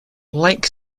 like